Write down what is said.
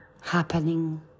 happening